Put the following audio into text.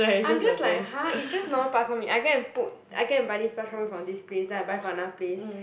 I'm just like !huh! it's just normal Bak Chor Mee I go and put I go and buy this Bak Chor Mee from this place then I buy from another place